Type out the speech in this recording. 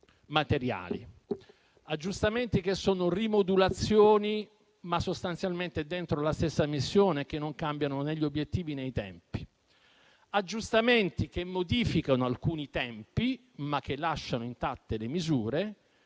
aggiustamenti che sono rimodulazioni, ma sostanzialmente all'interno della stessa missione e che non cambiano né gli obiettivi né i tempi; aggiustamenti che modificano alcuni tempi, ma che lasciano intatte le misure;